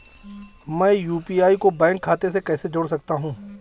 मैं यू.पी.आई को बैंक खाते से कैसे जोड़ सकता हूँ?